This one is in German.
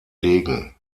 degen